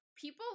people